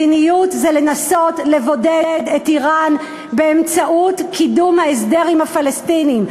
מדיניות זה לנסות לבודד את איראן באמצעות קידום ההסדר עם הפלסטינים.